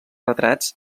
retrats